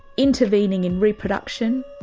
intervening in reproduction.